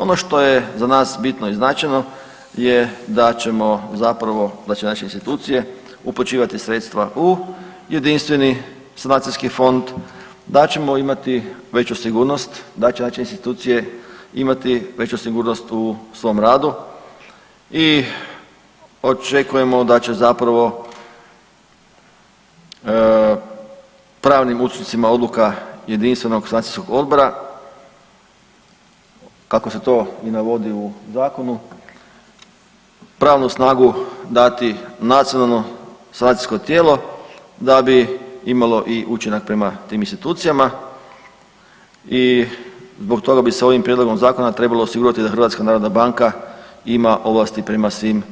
Ono što je za nas bitno i značajno je da ćemo zapravo, da će naše institucije uplaćivati sredstva u jedinstveni sanacijski fond, da ćemo imati veću sigurnost, da će naše institucije imati veću sigurnost u svom radu i očekujemo da će zapravo pravnim ustupcima odluka jedinstvenog sanacijskog odbora, kako se to navodi u zakonu, pravnu snagu dati nacionalno sanacijsko tijelo da bi imalo i učinak prema tim institucijama i zbog toga bi se ovim prijedlogom zakona trebalo osigurati da HNB ima ovlasti prema svim